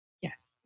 Yes